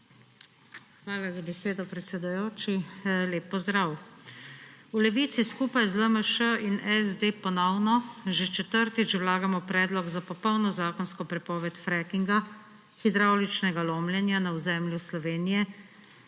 Hvala za besedo, predsedujoči. Lep pozdrav! V Levici skupaj z LMŠ in SD ponovno, že četrtič, vlagamo predlog za popolno zakonsko prepoved frackinga, hidravličnega lomljenja na ozemlju Slovenije,